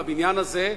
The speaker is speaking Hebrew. מהבניין הזה,